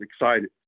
excited